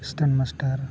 station master